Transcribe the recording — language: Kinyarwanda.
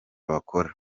bakora